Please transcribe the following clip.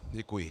Děkuji.